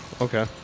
Okay